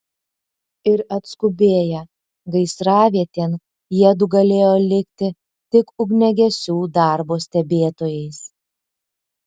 ir atskubėję gaisravietėn jiedu galėjo likti tik ugniagesių darbo stebėtojais